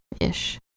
ish